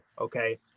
Okay